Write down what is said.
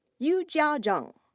youjia zeng.